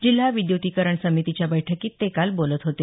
जिल्हा विद्युतीकरण समितीच्या बैठकीत ते काल बोलत होते